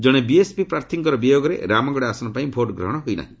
ଜଣେ ବିଏସ୍ପି ପ୍ରାର୍ଥୀଙ୍କର ବିୟୋଗରେ ରାମଗଡ଼ ଆସନ ପାଇଁ ଭୋଟ୍ ଗ୍ରହଣ ହୋଇନାହିଁ